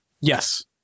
Yes